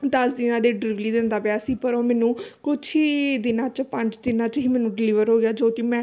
ਦਸ ਦਿਨਾਂ ਦੀ ਡਿਲਵਰੀ ਦਿੰਦਾ ਪਿਆ ਸੀ ਪਰ ਉਹ ਮੈਨੂੰ ਕੁਛ ਹੀ ਦਿਨਾਂ 'ਚ ਪੰਜ ਦਿਨਾਂ 'ਚ ਹੀ ਮੈਨੂੰ ਡਿਲੀਵਰ ਹੋ ਗਿਆ ਜੋ ਕਿ ਮੈਂ